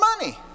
money